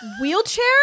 wheelchair